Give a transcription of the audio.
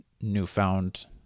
newfound